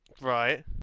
Right